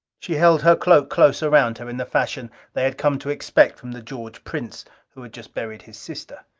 she held her cloak close around her in the fashion they had come to expect from the george prince who had just buried his sister.